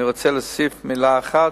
אני רוצה להוסיף מלה אחת: